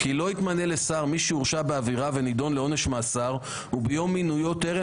כי "לא יתמנה לשר מי שהורשע בעבירה ונידון לעונש מאסר וביום מינויו טרם